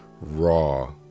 raw